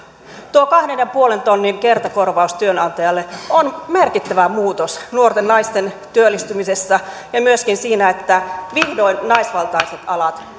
tuo kahden ja puolen tonnin kertakorvaus työnantajalle on merkittävä muutos nuorten naisten työllistymisessä ja myöskin siinä että vihdoin naisvaltaiset alat